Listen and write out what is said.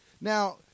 Now